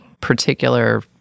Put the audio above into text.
particular